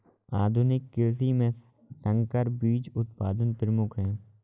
आधुनिक कृषि में संकर बीज उत्पादन प्रमुख है